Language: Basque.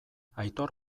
aitor